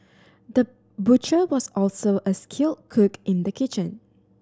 the butcher was also a skilled cook in the kitchen